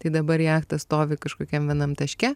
tai dabar jachta stovi kažkokiam vienam taške